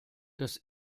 das